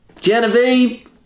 Genevieve